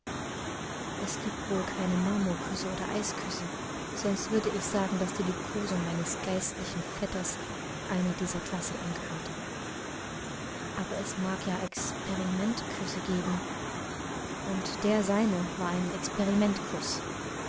es giebt wohl keine marmorküsse oder eisküsse sonst würde ich sagen daß die liebkosung meines geistlichen vetters einer dieser klassen angehörte aber es mag ja experimentküsse geben und der seine war ein experimentkuß